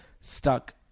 stuck